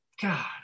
God